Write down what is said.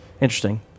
Interesting